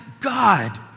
God